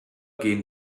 gehen